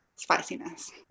spiciness